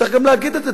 צריך גם להגיד את זה,